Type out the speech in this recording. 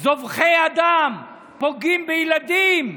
זובחי אדם, פוגעים בילדים,